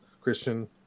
Christian